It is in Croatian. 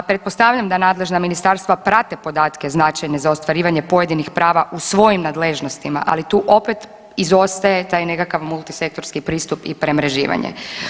A pretpostavljam da nadležna ministarstva prate podatke značajne za ostvarivanje pojedinih prava u svojim nadležnostima ali tu opet izostaje taj nekakav multisektorski pristup i premreživanje.